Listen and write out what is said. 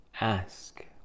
Ask